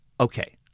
okay